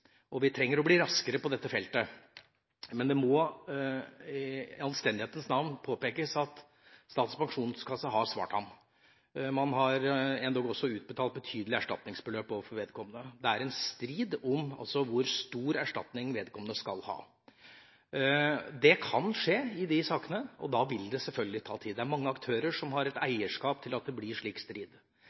trengs. Vi trenger å bli raskere på dette feltet, men det må i anstendighetens navn påpekes at Statens pensjonskasse har svart ham. Man har endog utbetalt betydelige erstatningsbeløp til vedkommende. Det er strid om hvor stor erstatning vedkommende skal ha. Det kan skje i disse sakene, og da vil det selvfølgelig ta tid. Det er mange aktører som har et eierskap til at det blir slik strid,